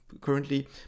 currently